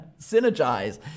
Synergize